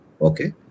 Okay